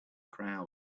crowd